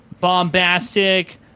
bombastic